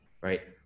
right